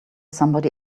somebody